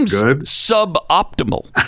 suboptimal